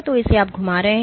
तो इसे आप घुमा रहे हैं